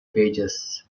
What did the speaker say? pages